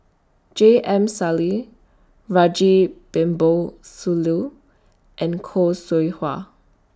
J M Sali Sooloh and Khoo Seow Hwa